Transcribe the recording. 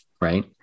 right